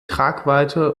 tragweite